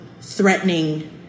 threatening